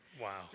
Wow